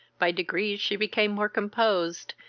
by degrees she became more composed,